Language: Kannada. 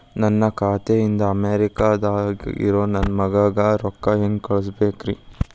ನನ್ನ ಖಾತೆ ಇಂದ ಅಮೇರಿಕಾದಾಗ್ ಇರೋ ನನ್ನ ಮಗಗ ರೊಕ್ಕ ಹೆಂಗ್ ಕಳಸಬೇಕ್ರಿ?